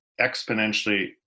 exponentially